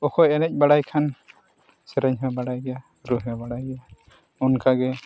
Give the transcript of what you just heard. ᱚᱠᱚᱭ ᱮᱱᱮᱡ ᱵᱟᱲᱟᱭ ᱠᱷᱟᱱ ᱥᱮᱨᱮᱧ ᱦᱚᱸ ᱵᱟᱲᱟᱭ ᱜᱮᱭᱟ ᱨᱩ ᱦᱚᱸᱭ ᱵᱟᱲᱟᱭ ᱜᱮᱭᱟ ᱚᱱᱠᱟᱜᱮ